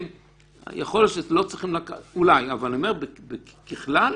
אבל ככלל